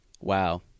Wow